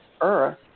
earth